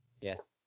Yes